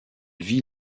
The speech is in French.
vit